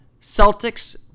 Celtics